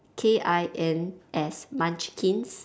K I N S munchkins